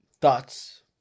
thoughts